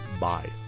Bye